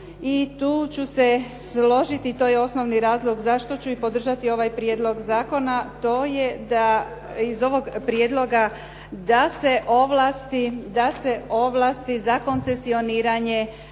i tu ću se složiti, to je osnovni razlog zašto ću i podržati ovaj prijedlog zakona, to je da iz ovog prijedloga da se ovlasti za koncesioniranje